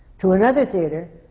to another theatre,